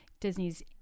Disney's